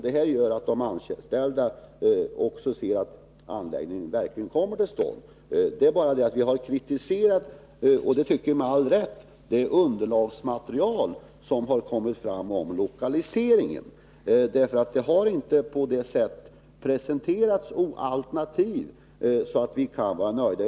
Det gör att de anställda också gärna ser att anläggningen kommer till stånd. Det vi med all rätt kritiserat är det underlagsmaterial som har kommit fram om lokaliseringen. Det har inte presenterats sådana alternativ att vi kan vara nöjda.